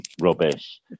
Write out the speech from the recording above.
rubbish